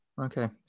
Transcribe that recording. okay